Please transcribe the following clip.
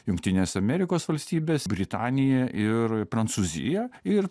jungtinės amerikos valstybės britanija ir prancūzija ir